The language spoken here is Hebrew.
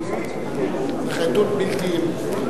דבר מה נוסף,